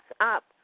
up